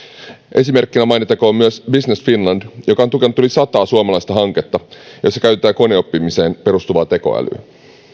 esimerkkeinä mainittakoon myös business finland joka on tukenut yli sataa suomalaista hanketta jossa käytetään koneoppimiseen perustuvaa tekoälyä